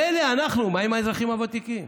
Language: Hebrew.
מילא אנחנו מה עם האזרחים הוותיקים?